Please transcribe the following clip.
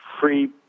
free